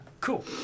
Cool